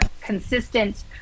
consistent